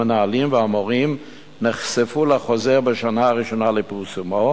המנהלים והמורים נחשפו לחוזר בשנה ראשונה לפרסומו,